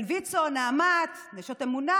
של ויצו, נעמת, נשות אמונה?